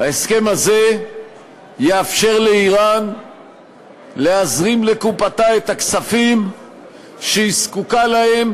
ההסכם הזה יאפשר לאיראן להזרים לקופתה את הכספים שהיא זקוקה להם